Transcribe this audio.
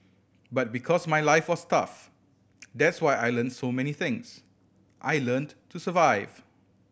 but because my life was tough that's why I learnt so many things I learnt to survive